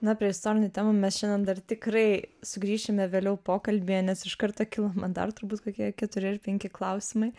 na prie istorinių temų mes šiandien dar tikrai sugrįšime vėliau pokalbyje nes iš karto kilo man dar turbūt kokie keturi ar penki klausimai